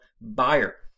buyer